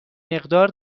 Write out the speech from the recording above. مقدار